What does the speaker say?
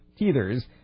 teethers